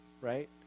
right